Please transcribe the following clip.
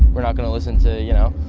we're not gonna listen to you know